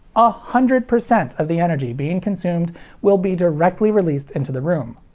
ah hundred percent of the energy being consumed will be directly released into the room.